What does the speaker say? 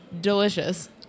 delicious